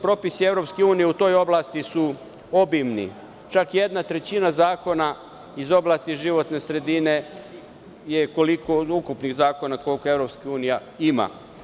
Propisi EU u toj oblasti su obimni, čak jedna trećina zakona iz oblasti životne sredine je koliko od ukupnih zakona koliko EU ima.